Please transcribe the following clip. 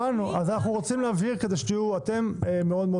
אנחנו רוצים להבהיר כדי שתהיו אתם מאוד מאוד